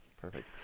perfect